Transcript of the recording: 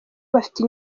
bafite